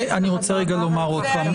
אני רוצה לומר שוב.